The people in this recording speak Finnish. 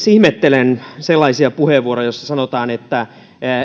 ihmettelen sellaisia puheenvuoroja joissa sanotaan että